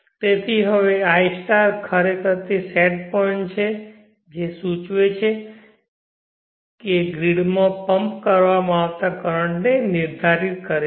તેથી હવે i ખરેખર તે સેટ પોઇન્ટ છે જે સૂચવે છે કે ગ્રિડમાં પમ્પ કરવામાં આવતા કરંટ ને નિર્ધારિત કરે છે